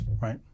Right